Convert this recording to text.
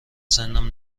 سنم